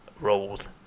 roles